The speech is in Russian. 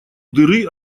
дыры